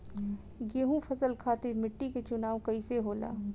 गेंहू फसल खातिर मिट्टी के चुनाव कईसे होला?